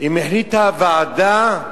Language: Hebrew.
"אם החליטה הוועדה,